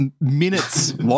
minutes